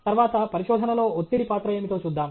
తర్వాత పరిశోధనలో ఒత్తిడి పాత్ర ఏమిటో చూద్దాం